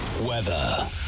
Weather